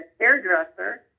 hairdresser